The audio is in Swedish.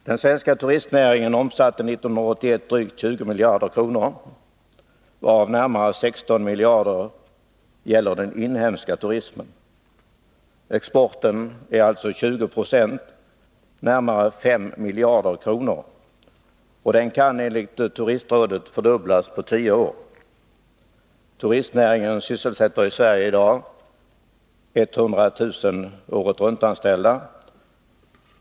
Den svenska turistnäringen omsatte 1981 drygt 20 miljarder kronor varav närmare 16 miljarder gäller den inhemska turismen. Exporten är alltså 20 Ze — närmare 5 miljarder kronor — och kan enligt Turistrådet fördubblas på tio år. Turistnäringen sysselsätter i Sverige i dag ca 100 000 året-runt-anställda.